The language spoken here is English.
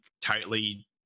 tightly